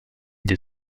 des